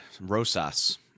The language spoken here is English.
Rosas